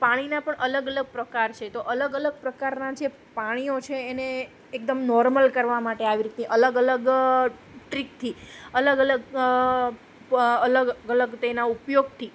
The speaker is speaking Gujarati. પાણીના પણ અલગ અલગ પ્રકાર છે તો અલગ અલગ પ્રકારના જે પાણીઓ છે એને એકદમ નોર્મલ કરવા માટે આવી રીતે અલગ અલગ ટ્રીકથી અલગ અલગ અલગ અલગ તેના ઉપયોગથી